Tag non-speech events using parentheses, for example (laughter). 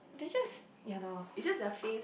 they just ya lor (breath)